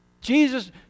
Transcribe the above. Jesus